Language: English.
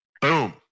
Boom